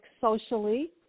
socially